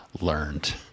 learned